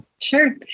Sure